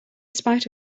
spite